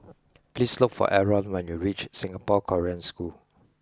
please look for Aron when you reach Singapore Korean School